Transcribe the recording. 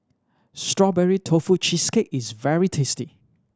Strawberry Tofu Cheesecake is very tasty